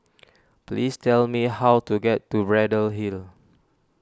please tell me how to get to Braddell Hill